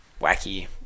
wacky